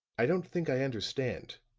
i don't think i understand,